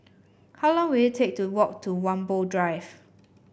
how long will it take to walk to Whampoa Drive